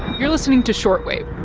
you're listening to short wave